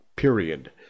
period